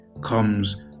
comes